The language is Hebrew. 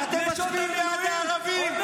על שלושה חוקים של מילואימניקים הצבעתם נגד.